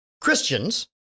Christians